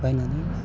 बायनानै